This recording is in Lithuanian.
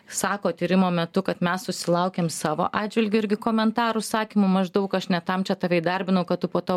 sako tyrimo metu kad mes susilaukiam savo atžvilgiu irgi komentarų sakymų maždaug aš ne tam čia tave įdarbinau kad tu po to